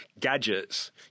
Gadgets